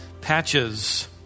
patches